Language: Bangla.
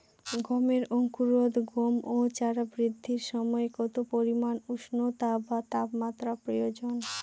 গমের অঙ্কুরোদগম ও চারা বৃদ্ধির সময় কত পরিমান উষ্ণতা বা তাপমাত্রা প্রয়োজন?